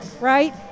right